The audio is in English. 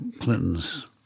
Clinton's